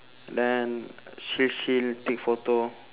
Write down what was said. then chill chill take photo